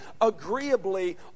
agreeably